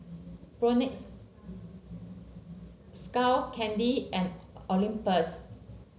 Propnex Skull Candy and Olympus